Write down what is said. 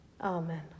Amen